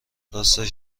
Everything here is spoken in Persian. راستش